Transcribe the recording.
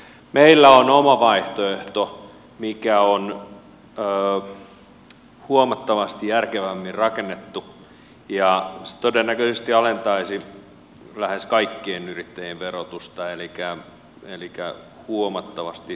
meillä on oma vaihtoehto mikä on huomattavasti järkevämmin rakennettu ja se todennäköisesti alentaisi lähes kaikkien yrittäjien verotusta elikkä se on huomattavasti tasapainoisempi